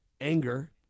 anger